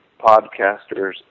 podcasters